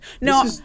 No